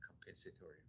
compensatory